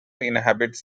inhabits